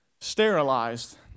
sterilized